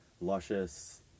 luscious